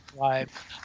live